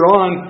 on